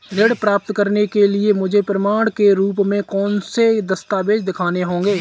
ऋण प्राप्त करने के लिए मुझे प्रमाण के रूप में कौन से दस्तावेज़ दिखाने होंगे?